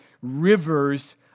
rivers